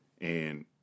And-